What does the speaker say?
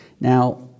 Now